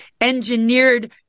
engineered